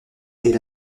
est